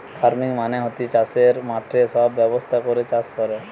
farming মানে হতিছে চাষের মাঠে সব ব্যবস্থা করে চাষ কোরে